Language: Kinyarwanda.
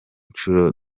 nshuro